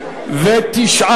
חנין לסעיף 4 לא נתקבלה.